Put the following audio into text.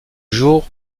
jour